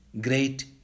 great